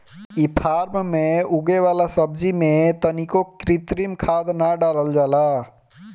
इ फार्म में उगे वाला सब्जी में तनिको कृत्रिम खाद ना डालल जाला